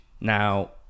Now